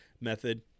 method